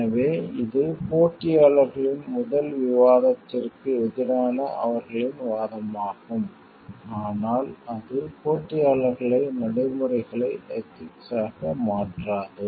எனவே இது போட்டியாளர்களின் முதல் வாதத்திற்கு எதிரான அவர்களின் வாதமாகும் ஆனால் அது போட்டியாளர்களை நடைமுறைகளை எதிக்ஸ் ஆக மாற்றாது